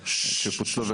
שפוצלו,